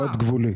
מאוד גבולי.